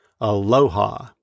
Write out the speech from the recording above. aloha